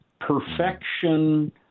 perfection